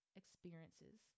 experiences